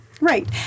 Right